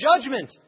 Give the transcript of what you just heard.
judgment